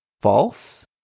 false